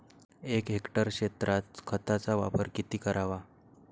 एक हेक्टर क्षेत्रात खताचा वापर किती करावा?